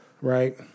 right